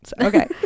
Okay